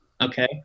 okay